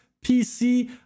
PC